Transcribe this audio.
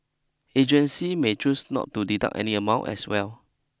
agencies may choose not to deduct any amount as well